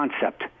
concept